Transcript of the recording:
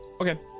Okay